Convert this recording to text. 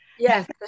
Yes